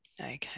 okay